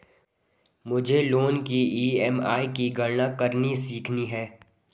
मुझे लोन की ई.एम.आई की गणना करनी सीखनी है